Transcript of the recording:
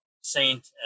saint